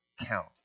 count